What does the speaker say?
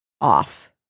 off